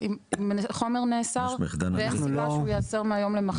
חומר נאסר ואין סיבה שהוא ייאסר מהיום למחר.